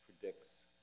predicts